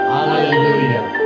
Hallelujah